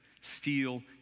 steal